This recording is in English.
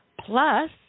plus